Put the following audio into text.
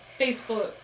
Facebook